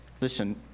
Listen